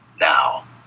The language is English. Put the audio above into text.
Now